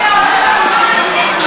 נגד עמדות.